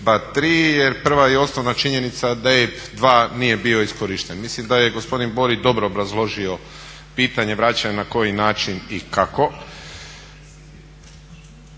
EIB-a 3 jer prva i osnovna činjenica da EIB 2 nije bio iskorišten. Mislim da je gospodin Borić dobro obrazložio pitanje vraćanja na koji način i kako.